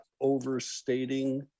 overstating